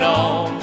on